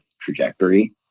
trajectory